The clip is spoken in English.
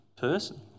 person